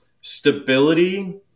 stability